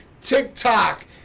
TikTok